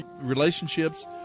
relationships